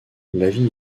l’avis